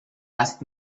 asked